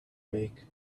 make